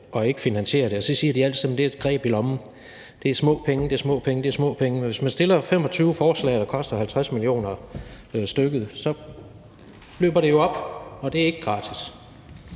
og ikke finansierer det, og så siger de altid: Det er et greb i lommen; det er små penge, det er små penge. Men hvis man fremsætter 25 forslag, der koster 50 mio. kr. stykket, så løber det jo op, og det er ikke gratis.